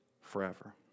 forever